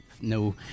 No